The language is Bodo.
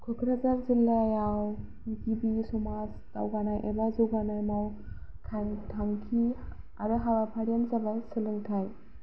क'क्राझार जिल्लायाव गिबि समाज दावगानाय एबा जौगानाय मावखान थांखि आरो हाबाफारियानो जाबाय सोलोंथाय